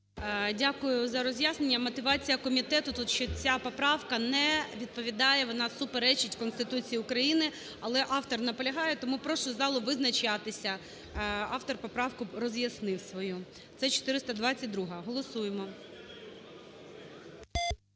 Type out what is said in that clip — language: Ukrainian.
Дякую за роз'яснення. Мотивація комітету тут, що ця поправка не відповідає, вона суперечить Конституції України. Але автор наполягає. Тому прошу залу визначатися, автор поправку роз'яснив свою. Це 422-а, голосуємо.